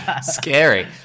scary